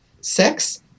sex